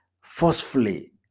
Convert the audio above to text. forcefully